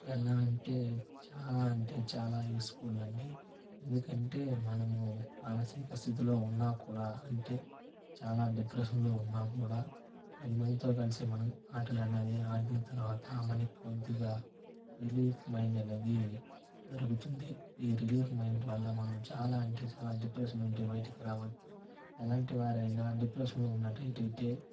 ఎలా అంటే చాలా అంటే చాలా యూస్ఫుల్ అండి ఎందుకంటే మనము మానసిక స్థితిలో ఉన్నా కూడా అంటే చాలా డిప్రెషన్లో ఉన్నా కూడా పదిమందితో కలిసి మనం ఆటలు అనేవి ఆడిన తర్వాత మనకి కొద్దిగా రిలీఫ్ మైండ్ అనేది దొరుకుతుంది ఈ రిలీఫ్ మైండ్ వల్ల మనం చాలా అంటే చాలా డిప్రెషన్ ఉంటే బయటికి రావచ్చు ఎలాంటి వారైనా డిప్రెషన్లో ఉన్నట్టయితే